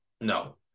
no